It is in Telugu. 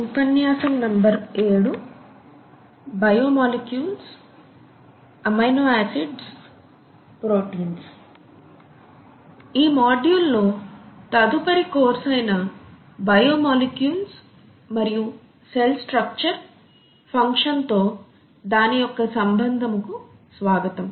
ఈ మోడ్యూల్ లో తదుపరి కోర్స్ అయిన బయో మాలిక్యూల్స్ మరియు సెల్ స్ట్రక్చర్ ఫంక్షన్ తో దాని యొక్క సంబంధము కు స్వాగతం